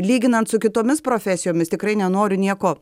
lyginant su kitomis profesijomis tikrai nenoriu nieko